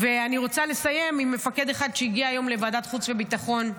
אני רוצה לסיים עם מפקד אחד שהגיע היום לוועדת חוץ וביטחון.